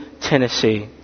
Tennessee